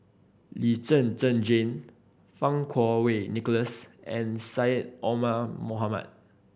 Lee Zhen Zhen Jane Fang Kuo Wei Nicholas and Syed Omar Mohamed